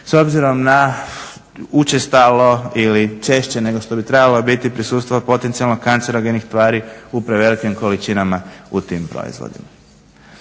S obzirom na učestalo ili češće nego što bi trebalo biti prisustvo potencijalno kancerogenih tvari u prevelikim količinama u tim proizvodima.